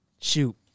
Shoot